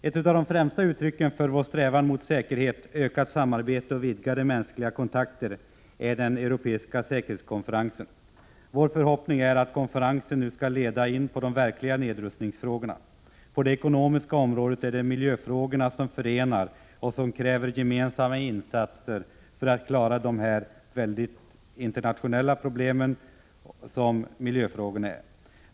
Ett av de främsta uttrycken för våra strävanden mot säkerhet, ökat samarbete och vidgade mänskliga kontakter är den europeiska säkerhetskonferensen. Vår förhoppning är att konferensen nu skall leda in på de verkliga nedrustningsfrågorna. På det ekonomiska området är det miljöfrågorna som förenar, och det krävs gemensamma insatser för att man skall klara de synnerligen internationella problem som miljöfrågorna är.